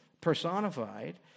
personified